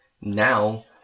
now